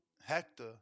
Hector